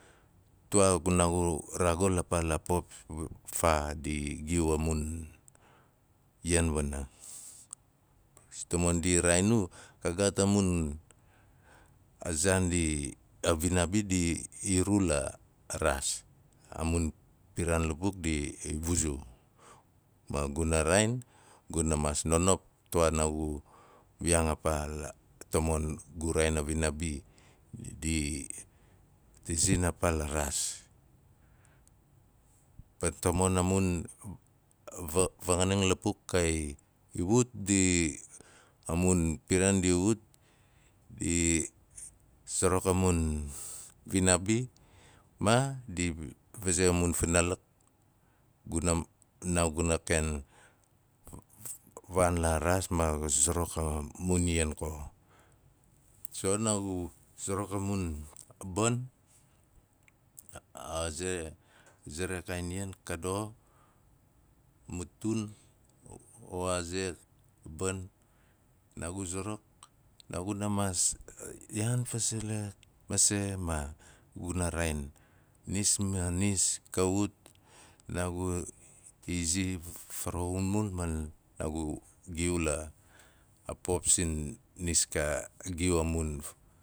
Tuwaa gu- naagu raagul a paa la po faa di giu a mun ian wana. Tamon ndi raain nu, ka gaat a mun, a zaan ndi, a vinaabi di iru la, araas, amun piraan lapuk di i buzul, ma guna raain, guna maas nonop, tuwaa naagu wiyaang a paa la, tomon gu raain a vinaabi di tasin a paa la raas. Pat tamon a mun piraan di ut, di suruk a mun finaabi ma vaze a finaalak, naa naaguna ken vaan la raas ma naagu sarak mun ian ko. So naagu suruk a mun ban, a ze, ze ra kaain ian ka doxo, matun o aa ze, ban naagu sarak, naaguna maas yaan fasali mase ma guna raain nis ma nis ka ut naagu izi faraxumul man naagu giu la pop sin nis ka giu a mun